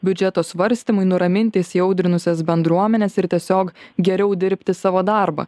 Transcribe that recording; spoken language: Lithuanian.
biudžeto svarstymui nuraminti įsiaudrinusias bendruomenes ir tiesiog geriau dirbti savo darbą